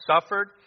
suffered